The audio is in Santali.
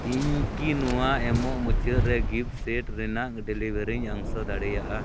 ᱤᱧ ᱠᱤ ᱱᱚᱣᱟ ᱮᱢᱚᱜ ᱢᱩᱪᱟᱹᱫ ᱨᱮ ᱜᱤᱯᱴ ᱥᱮᱴ ᱨᱮᱱᱟᱜ ᱰᱮᱞᱤᱵᱷᱟᱨᱤᱧ ᱚᱝᱥᱚ ᱫᱟᱲᱮᱭᱟᱜᱼᱟ